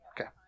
Okay